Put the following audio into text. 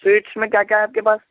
sweets میں کیا کیا ہے آپ کے پاس